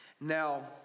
Now